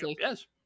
Yes